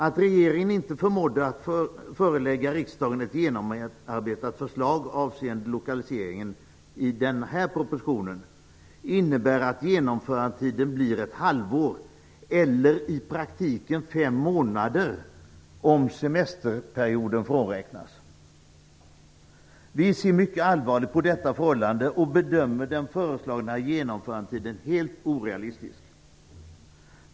Att regeringen inte förmådde förelägga riksdagen ett genomarbetat förslag avseende lokaliseringen i denna proposition, innebär att genomförandetiden blir ett halvår, eller i praktiken fem månader, om semesterperioden frånräknas. Vi ser mycket allvarligt på detta förhållande och bedömer den föreslagna genomförandetiden som helt orealistisk.